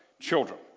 children